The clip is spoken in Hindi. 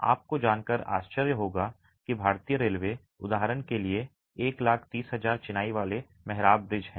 आपको जानकर आश्चर्य होगा कि भारतीय रेलवे उदाहरण के लिए 130000 चिनाई वाले मेहराब ब्रिज हैं